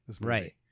Right